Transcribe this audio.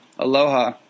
Aloha